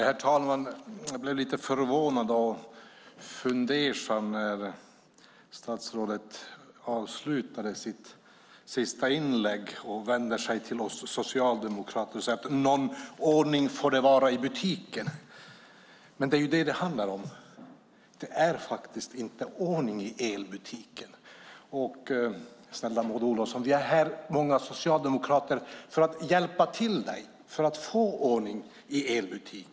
Herr talman! Jag blev lite förvånad och fundersam när statsrådet avslutade sitt senaste inlägg med att vända sig till oss socialdemokrater och säga: Någon ordning får det vara i butiken. Det är ju det som det handlar om. Det är faktiskt inte ordning i elbutiken. Snälla Maud Olofsson! Många socialdemokrater är här för att hjälpa dig med att få ordning i elbutiken.